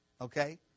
Okay